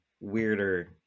weirder